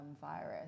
virus